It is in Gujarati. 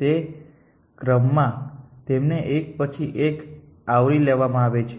તે ક્રમમાં તેમને એક પછી એક આવરી લેવામાં આવે છે